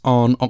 on